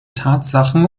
tatsachen